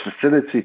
facility